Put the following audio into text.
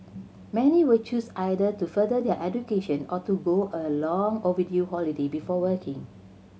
many will choose either to further their education or to go a long overdue holiday before working